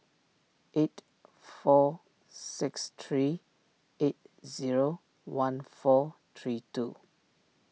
eight four six three eight zero one four three two